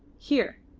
here,